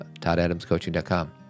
ToddAdamsCoaching.com